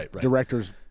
directors